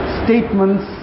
statements